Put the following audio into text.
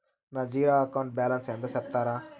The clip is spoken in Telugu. నా జీరో అకౌంట్ బ్యాలెన్స్ ఎంతో సెప్తారా?